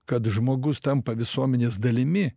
kad žmogus tampa visuomenės dalimi